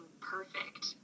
perfect